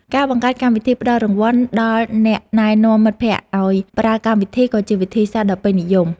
ការបង្កើតកម្មវិធីផ្តល់រង្វាន់ដល់អ្នកណែនាំមិត្តភក្តិឱ្យប្រើកម្មវិធីក៏ជាវិធីសាស្ត្រដ៏ពេញនិយម។